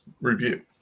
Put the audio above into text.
review